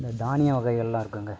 இந்த தானிய வகைகள்லாம் இருக்குங்க